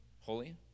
Holy